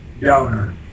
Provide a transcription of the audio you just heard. donor